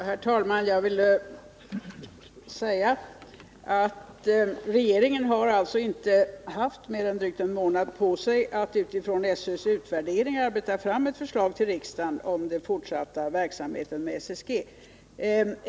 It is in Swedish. Herr talman! Jag vill säga att regeringen inte har haft mer än drygt en månad på sig för att utifrån skolöverstyrelsens utvärdering arbeta fram ett förslag till riksdagen om den fortsatta verksamheten med SSG.